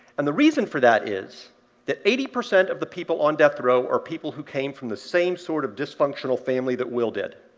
and the reason for that is that eighty percent of the people on death row are people who came from the same sort of dysfunctional family that will did.